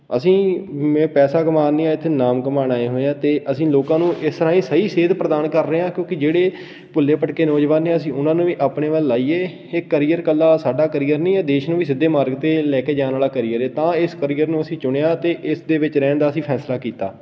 ਅਸੀਂ ਮੈ ਪੈਸਾ ਕਮਾਣ ਨਹੀਂ ਆਇਆ ਇੱਥੇ ਨਾਮ ਕਮਾਉਣ ਆਏ ਹੋਏ ਹਾਂ ਅਤੇ ਅਸੀਂ ਲੋਕਾਂ ਨੂੰ ਇਸ ਤਰ੍ਹਾਂ ਹੀ ਸਹੀ ਸੇਧ ਪ੍ਰਦਾਨ ਕਰ ਰਹੇ ਹਾਂ ਕਿਉਂਕਿ ਜਿਹੜੇ ਭੁੱਲੇ ਭੱਟਕੇ ਨੌਜਵਾਨ ਨੇ ਅਸੀਂ ਉਹਨਾਂ ਨੂੰ ਵੀ ਆਪਣੇ ਵੱਲ ਲਾਈਏ ਇਹ ਕਰੀਅਰ ਇਕੱਲਾ ਸਾਡਾ ਕਰੀਅਰ ਨਹੀਂ ਇਹ ਦੇਸ਼ ਨੂੰ ਵੀ ਸਿੱਧੇ ਮਾਰਗ 'ਤੇ ਲੈ ਕੇ ਜਾਣ ਵਾਲਾ ਕਰੀਅਰ ਹੈ ਤਾਂ ਇਸ ਕਰੀਅਰ ਨੂੰ ਅਸੀਂ ਚੁਣਿਆ ਅਤੇ ਇਸ ਦੇ ਵਿੱਚ ਰਹਿਣ ਦਾ ਅਸੀਂ ਫੈਸਲਾ ਕੀਤਾ